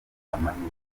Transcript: amahirwe